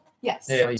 Yes